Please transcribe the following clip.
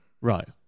Right